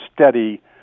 steady